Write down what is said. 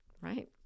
right